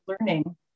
learning